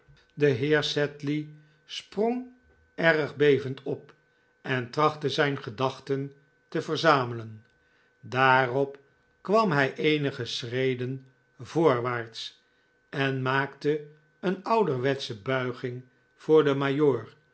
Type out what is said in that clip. de heer sedley sprong erg bevend op en trachtte zijn gedachten te verzamelen daarop kwam hij eenige schreden voorwaarts en maakte een ouderwetsche buiging voor den